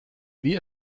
wie